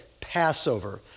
Passover